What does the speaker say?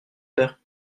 faire